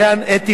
אתי וענת,